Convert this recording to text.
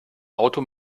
auto